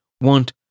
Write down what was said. want